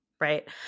right